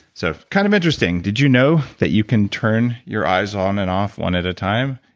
so kind of interesting. did you know that you can turn your eyes on and off one at a time?